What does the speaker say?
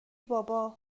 بابا